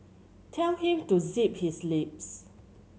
tell him to zip his lips